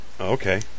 Okay